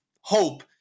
hope